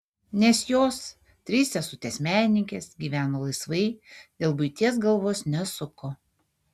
nes jos trys sesutės menininkės gyveno laisvai dėl buities galvos nesuko